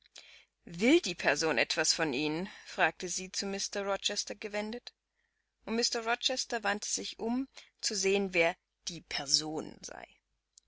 will die person etwas von ihnen fragte sie zu mr rochester gewendet und mr rochester wandte sich um zu sehen wer die person sei